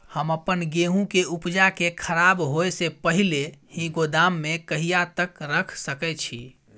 हम अपन गेहूं के उपजा के खराब होय से पहिले ही गोदाम में कहिया तक रख सके छी?